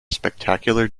spectacular